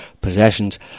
possessions